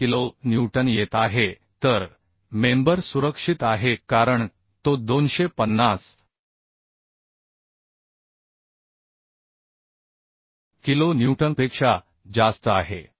7 kilonewton येत आहे तर मेंबर सुरक्षित आहे कारण तो 250 किलो न्यूटनपेक्षा जास्त आहे